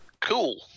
Cool